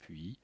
puis